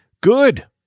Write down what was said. Good